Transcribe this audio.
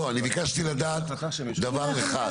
לא, אני ביקשתי לדעת דבר אחד.